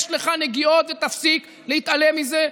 יש לך נגיעות, תפסיק להתעלם מזה,